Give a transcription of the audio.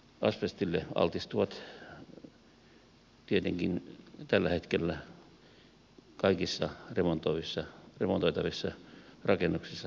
asbestille altistuvat tietenkin tällä hetkellä kaikissa remontoitavissa rakennuksissa työskentelevät